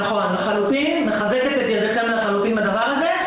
נכון לחלוטין, מחזקת את ידיכם לחלוטין בדבר הזה.